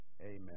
Amen